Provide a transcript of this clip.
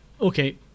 okay